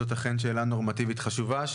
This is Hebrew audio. זאת אכן שאלה נורמטיבית חשובה,